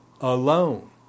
alone